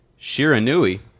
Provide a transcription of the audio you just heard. Shiranui